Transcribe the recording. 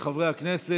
אני מבקש מחברי הכנסת